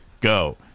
go